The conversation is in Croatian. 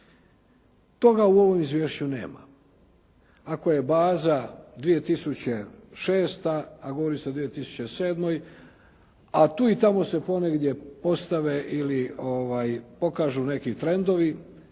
Toga u ovom izvješću nema. Ako je baza 2006. a govori se o 2007. a tu i tamo se ponegdje postave ili pokažu neki trendovi,